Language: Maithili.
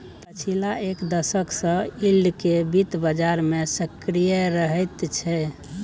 पछिला एक दशक सँ यील्ड केँ बित्त बजार मे सक्रिय रहैत छै